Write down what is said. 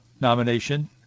nomination